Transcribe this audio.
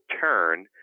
turn